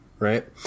right